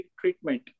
treatment